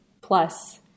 plus